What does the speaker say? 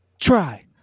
Try